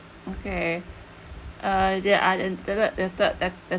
okay uh there are the third